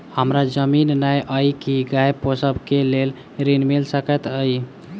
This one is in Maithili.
हमरा जमीन नै अई की गाय पोसअ केँ लेल ऋण मिल सकैत अई?